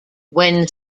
when